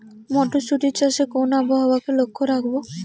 মটরশুটি চাষে কোন আবহাওয়াকে লক্ষ্য রাখবো?